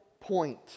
point